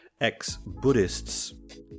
ex-Buddhists